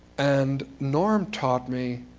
and norm taught me